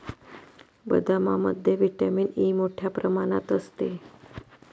बदामामध्ये vitamin E मोठ्ठ्या प्रमाणात असते